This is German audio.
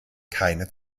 keine